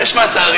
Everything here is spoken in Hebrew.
נחש מה התאריך?